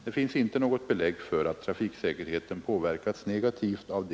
Det finns inte något belägg för att trafiksäkerheten påverkats negativt av de